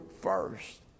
first